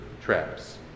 traps